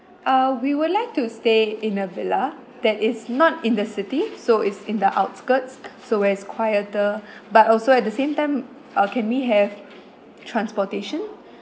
uh we would like to stay in a villa that is not in the city so it's in the outskirts so where it's quieter but also at the same time uh can we have transportation